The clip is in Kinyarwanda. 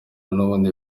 n’ubundi